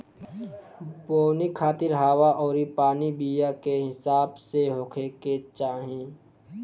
बोवनी खातिर हवा अउरी पानी बीया के हिसाब से होखे के चाही